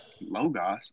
Logos